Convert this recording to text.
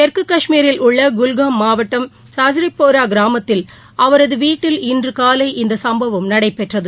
தெற்கு கஷ்மீரில் உள்ள குல்காம் மாவட்டம் சாஸ்ரிபோரா கிராமத்தில் அவரது வீட்டில் இன்று காலை இந்த சம்பவம் நடைபெற்றது